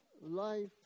life